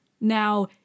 now